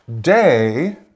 day